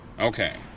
Okay